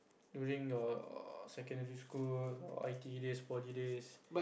during your secondary school or I_T_E days poly days